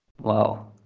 wow